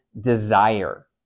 desire